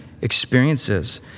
experiences